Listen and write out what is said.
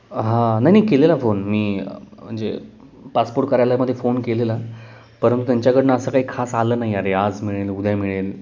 हां नाही नाही केलेला फोन मी म्हणजे पासपोर्ट करायला मध्ये फोन केलेला परंतु त्यांच्याकडून असं काही खास आलं नाही या अरे आज मिळेल उद्या मिळेल